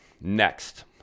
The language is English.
Next